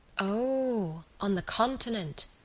o, on the continent,